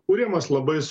kuriamas labai